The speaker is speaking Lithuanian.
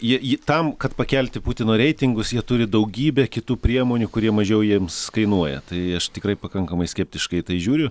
jei ji tam kad pakelti putino reitingus jie turi daugybę kitų priemonių kurie mažiau jiems kainuoja tai aš tikrai pakankamai skeptiškai į tai žiūriu